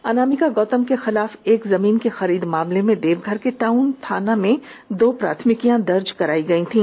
अनामिका गौतम के खिलाफ एक जमीन की खरीद मामले में देवघर के टाउन थाना में दो प्राथमिकी दर्ज कराई गई थी